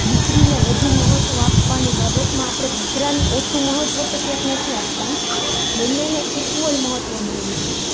દીકરીને વધુ મહત્વ આપવાની બાબતમાં આપણે દીકરાને ઓછું મહત્વ તો ક્યાંક નથી આપતા ને બંનેને ઇકવલ મહત્વ મળવું જોઈએ